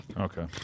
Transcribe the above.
okay